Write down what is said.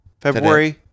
February